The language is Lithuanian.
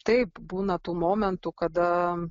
taip būna tų momentų kada